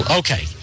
okay